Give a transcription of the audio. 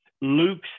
Luke's